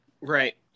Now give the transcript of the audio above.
right